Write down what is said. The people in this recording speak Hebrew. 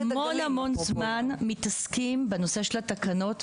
-- ואנחנו המון-המון זמן מתעסקים בנושא של התקנות,